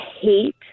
hate